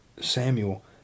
Samuel